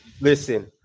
Listen